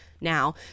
now